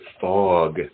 fog